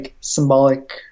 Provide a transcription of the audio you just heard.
symbolic